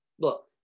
look